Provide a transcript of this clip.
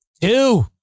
two